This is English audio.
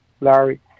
Larry